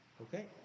Okay